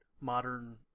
modern